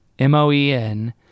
M-O-E-N